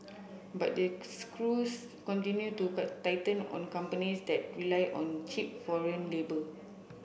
but the screws continue to tighten on companies that rely on cheap foreign labour